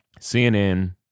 CNN